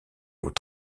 aux